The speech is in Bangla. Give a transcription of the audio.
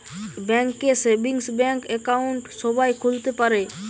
ব্যাঙ্ক এ সেভিংস ব্যাঙ্ক একাউন্ট সবাই খুলতে পারে